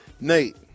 Nate